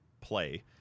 play